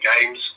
games